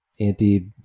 anti